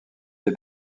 des